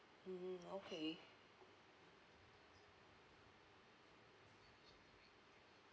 mmhmm okay